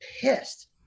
pissed